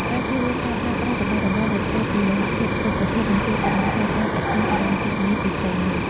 ការជៀសវាងការប្រើប្រាស់របស់របរដែលធ្វើពីលោហធាតុគ្រប់ប្រភេទនឹងជួយកាត់បន្ថយការទាក់ទាញចរន្តអគ្គិសនីពីផ្ទៃមេឃ។